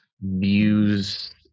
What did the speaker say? views